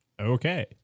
Okay